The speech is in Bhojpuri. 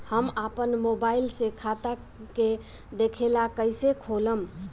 हम आपन मोबाइल से खाता के देखेला कइसे खोलम?